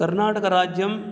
कर्णाटकराज्यं